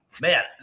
Man